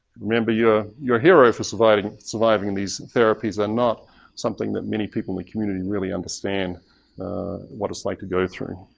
remember yeah you are a hero for surviving. surviving these therapies are not something that many people in the community really understand what it's like to go through.